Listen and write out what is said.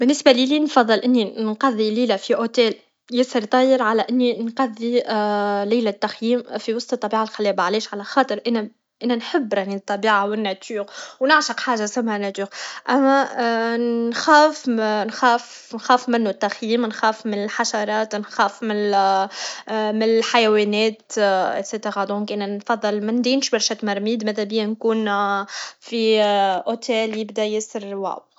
ا بالمسبه ليا نفضل اني نقضي ليله في اوتيل ياسر طاير على اني نقضي ليلة تخييم في وسط الطبيعة الخلابه علاش على خاطر انا راني نحب الطبيعة و الناتير و نعشق حاجه اسمها ناتير اما نخاف نخاف منوالتخييم نخاف مالحشرات نخاف مل الحيوانات اكسيتيغا دونك انا نفضل منديش برشا تمرميد مذابيا نكون في اوتيل ياسر واو